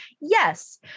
Yes